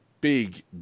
big